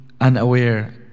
unaware